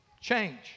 Change